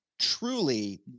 truly